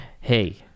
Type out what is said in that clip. Hey